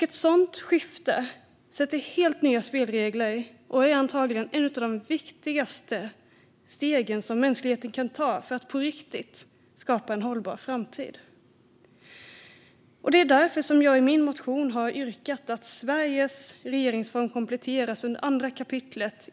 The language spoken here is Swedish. Ett sådant skifte sätter helt nya spelregler och är antagligen ett av de viktigaste stegen mänskligheten kan ta för att på riktigt skapa en hållbar framtid. Därför har jag i min motion yrkat att Sveriges regeringsform kompletteras under 2 kap.